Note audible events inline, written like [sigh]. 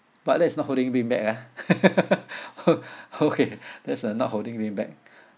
but that's not holding me back ah [laughs] o~ [laughs] okay [laughs] that's uh not holding me back